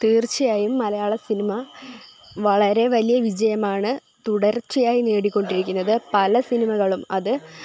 തീർച്ചയായും മലയാള സിനിമ വളരെ വലിയ വിജയമാണ് തുടർച്ചയായി നേടിക്കൊണ്ടിരിക്കുന്നത് പല സിനിമകളും അത്